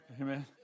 Amen